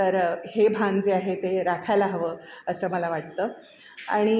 तर हे भान जे आहे ते राखायला हवं असं मला वाटतं आणि